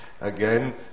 again